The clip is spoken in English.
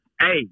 hey